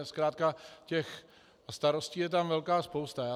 Zkrátka těch starostí je tam velká spousta.